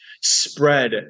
spread